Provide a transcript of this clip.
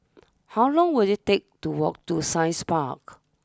how long will it take to walk to Science Park